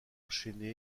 enchaîné